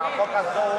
החוק הזה,